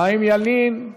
חיים ילין.